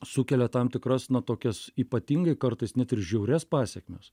sukelia tam tikras na tokias ypatingai kartais net ir žiaurias pasekmes